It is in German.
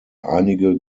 einige